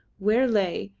where lay,